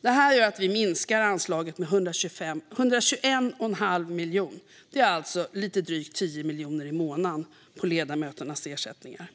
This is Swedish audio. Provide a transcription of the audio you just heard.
Det här gör att vi minskar det här anslaget med 121 1⁄2 miljon, alltså lite drygt 10 miljoner i månaden bara på ledamöternas ersättningar.